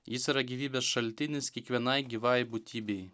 jis yra gyvybės šaltinis kiekvienai gyvai būtybei